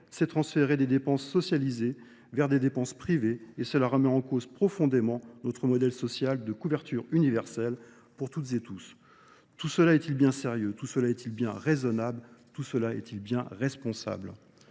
c'est transférer des dépenses socialisées vers des dépenses privées et cela remet en cause profondément notre modèle social de couverture universelle pour toutes et tous. Tout cela est-il bien sérieux ? Tout cela est-il bien raisonnable ? Tout cela est-il bien responsable ?